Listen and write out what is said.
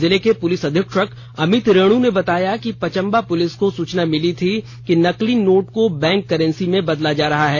जिले के पुलिस अधीक्षक अमित रेणु ने बताया कि पचम्बा पुलिस को सूचना मिली थी कि नकली नोट को बैंक करेंसी में बदला जा रहा है